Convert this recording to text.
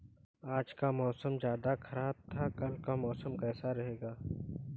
आज का मौसम ज्यादा ख़राब था कल का कैसा रहेगा?